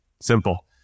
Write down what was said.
simple